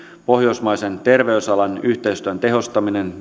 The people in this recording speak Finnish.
pohjoismaisen terveysalan yhteistyön tehostaminen